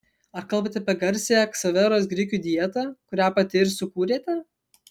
ar kalbate apie garsiąją ksaveros grikių dietą kurią pati ir sukūrėte